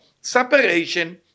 Separation